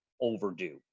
overdue